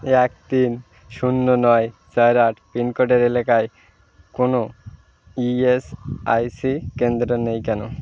এক তিন শূন্য নয় চার আট পিনকোডের এলাকায় কোনও ইএসআইসি কেন্দ্র নেই কেন